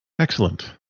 Excellent